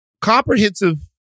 Comprehensive